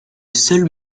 seul